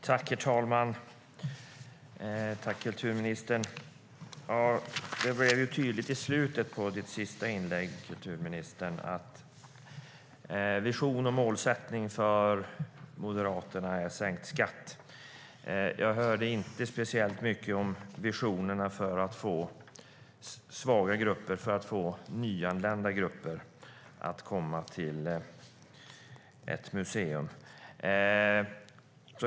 Herr talman! Det blev tydligt i slutet av kulturministerns inlägg att vision och mål för Moderaterna är sänkt skatt. Jag hörde inte speciellt mycket om visionerna för att få svaga grupper och nyanlända grupper att gå på museum.